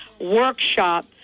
workshop